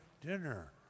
dinner